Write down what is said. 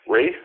Ray